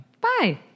Bye